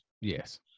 Yes